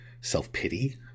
self-pity